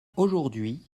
aujourd’hui